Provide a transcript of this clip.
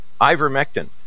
ivermectin